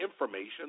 information